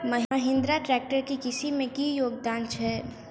Mahindra tractor केँ कृषि मे की योगदान छै?